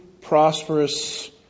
prosperous